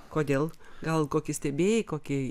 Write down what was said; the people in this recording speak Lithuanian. kodėl gal kokį stebėjai kokį